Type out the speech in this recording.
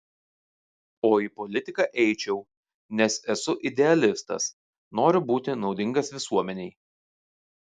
o į politiką eičiau nes esu idealistas noriu būti naudingas visuomenei